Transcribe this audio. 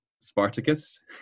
Spartacus